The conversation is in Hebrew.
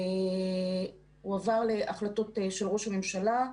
הועבר להחלטות של ראש הממשלה,